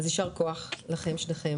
אז ישר כוח לכם, לשניכם.